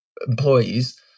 employees